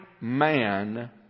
man